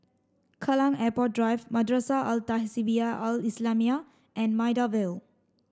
Kallang Airport Drive Madrasah Al Tahzibiah Al islamiah and Maida Vale